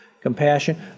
Compassion